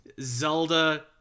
Zelda